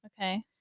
Okay